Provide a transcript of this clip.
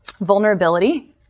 Vulnerability